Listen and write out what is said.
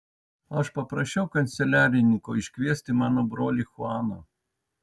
aš paprašiau kanceliarininko iškviesti mano brolį chuaną